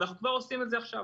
אנחנו לא עושים את זה עכשיו.